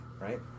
right